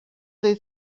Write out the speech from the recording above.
they